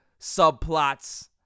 subplots